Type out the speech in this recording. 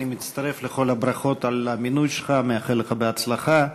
אני מצטרף לכל הברכות על המינוי שלך ומאחל לך בהצלחה.